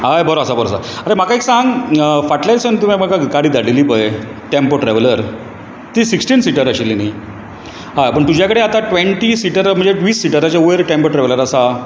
हय बरो आसा बरो आसा आरे म्हाका एक सांग फाटल्या दिसां तुवेन म्हाका गाडी धाडलेली पय टेंपो ट्रेवलर ती सिक्सिटीन सिटर आशिल्ली न्ही हय पूण तुज्या कडेन आता ट्वेंन्टी सिटराच्या म्हणजे वीस सिटराच्या वयर टेंपो ट्रेवलर आसा